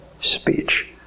speech